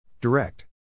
Direct